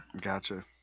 Gotcha